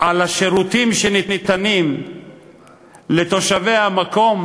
על השירותים שניתנים לתושבי המקום,